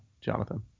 Jonathan